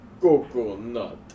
Coconut